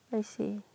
I see